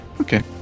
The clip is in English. Okay